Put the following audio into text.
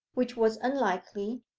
which was unlikely,